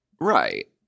right